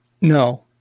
No